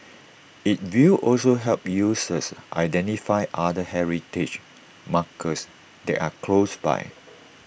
IT will also help users identify other heritage markers that are close by